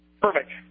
Perfect